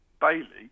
Bailey